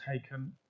taken